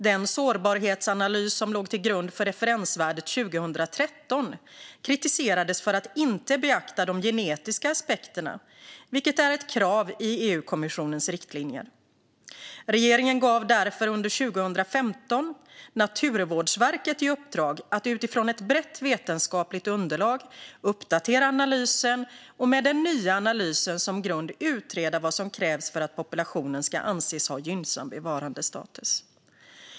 Den sårbarhetsanalys som låg till grund för referensvärdet 2013 kritiserades för att inte beakta de genetiska aspekterna, vilket är ett krav i EU-kommissionens riktlinjer. Regeringen gav därför under 2015 Naturvårdsverket i uppdrag att utifrån ett brett vetenskapligt underlag uppdatera analysen och med den nya analysen som grund utreda vad som krävs för att populationen ska anses ha gynnsam bevarandestatus.